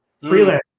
Freelance